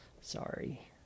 Sorry